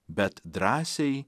bet drąsiai